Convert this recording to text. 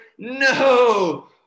No